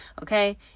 okay